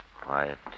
Quiet